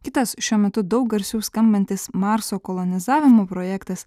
kitas šiuo metu daug garsiau skambantis marso kolonizavimo projektas